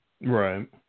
right